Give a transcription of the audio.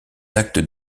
actes